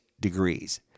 degrees